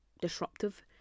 disruptive